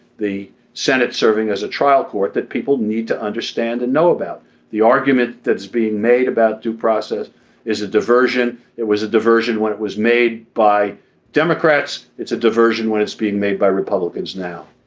the senate serving as a trial court that people need to understand and know about the argument that's being made about due process is a diversion. it was a diversion when it was made by democrats it's a diversion when it's being made by republicans now